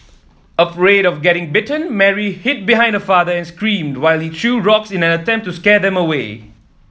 afraid of getting bitten Mary hid behind her father and screamed while he threw rocks in an attempt to scare them away